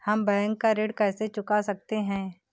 हम बैंक का ऋण कैसे चुका सकते हैं?